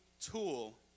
tool